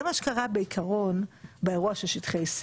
זה מה שקרה בעיקרון באירוע של שטחי C